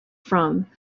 from